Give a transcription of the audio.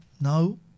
No